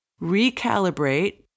recalibrate